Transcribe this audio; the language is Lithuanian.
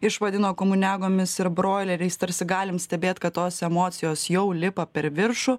išvadino komuniagomis ir broileriais tarsi galim stebėt kad tos emocijos jau lipa per viršų